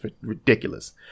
ridiculous